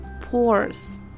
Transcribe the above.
pores